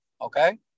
Okay